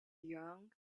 young